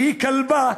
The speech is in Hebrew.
היא כלבה,